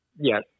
yes